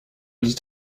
die